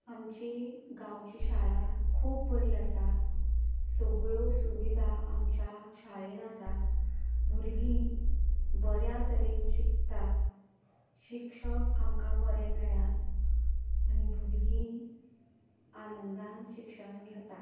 आमची गांवची शाळा खूब बरी आसा सगळ्यो सुविधा आमच्या शाळेंत आसात भुरगीं बऱ्या तरेन शिकतात शिक्षक आमकां बरें मेळ्यात आनी भुरगीं आनंदान शिक्षण घेतात